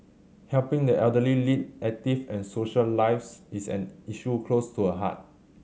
helping the elderly lead active and social lives is an issue close to her heart